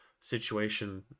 situation